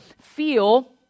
feel